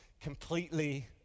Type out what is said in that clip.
completely